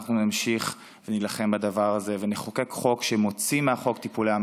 אנחנו נמשיך ונילחם בדבר הזה ונחוקק חוק שמוציא מהחוק טיפולי המרה,